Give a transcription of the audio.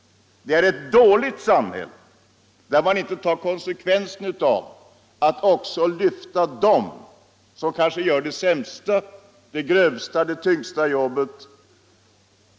Det är ett dåligt samhälle som hesiterar inför konsekvenserna av att lyfta lönerna också för dem som kanske gör det sämsta, grövsta och tyngsta jobbet.